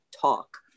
talk